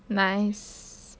nice